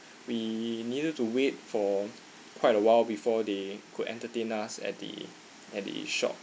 we needed to wait for quite a while before they could entertain us at the at the shop